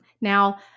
Now